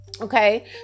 okay